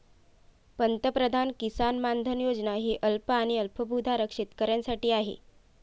पंतप्रधान किसान मानधन योजना ही अल्प आणि अल्पभूधारक शेतकऱ्यांसाठी आहे